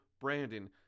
brandon